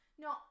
No